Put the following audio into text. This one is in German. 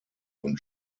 und